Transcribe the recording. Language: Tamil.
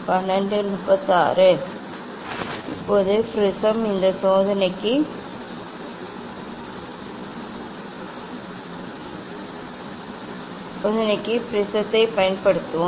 இப்போது ப்ரிஸம் இந்த சோதனைக்கு ப்ரிஸத்தைப் பயன்படுத்துவோம்